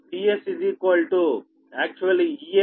Vsactually Es ZsIs